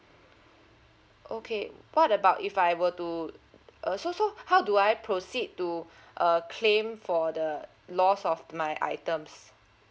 okay what about if I were to uh so so how do I proceed to uh claim for the loss of my items